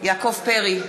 יעקב פרי,